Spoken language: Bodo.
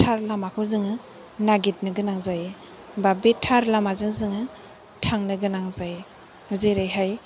थार लामाखौ जोङो नागेरनो गोनां जायो बा बे थार लामाजों जोङो थांनो गोनां जायो जेरैहाय